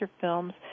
films